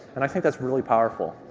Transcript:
and i think that's really powerful.